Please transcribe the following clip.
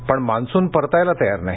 पण मान्सून परतायला तयार नाही